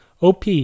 OP